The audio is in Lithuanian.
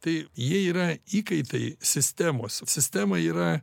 tai jie yra įkaitai sistemos sistema yra